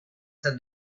said